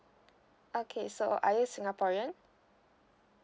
okay so are you singaporean